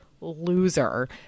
loser